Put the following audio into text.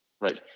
right